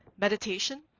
meditation